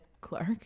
Clark